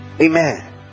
Amen